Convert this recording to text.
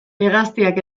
hegaztiak